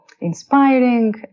inspiring